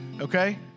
okay